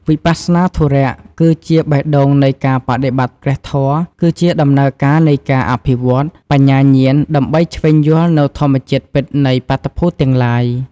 វិបស្សនាធុរៈ គឺជាបេះដូងនៃការបដិបត្តិព្រះធម៌ គឺជាដំណើរការនៃការអភិវឌ្ឍ បញ្ញាញ្ញាណដើម្បីឈ្វេងយល់នូវធម្មជាតិពិតនៃបាតុភូតទាំងឡាយ។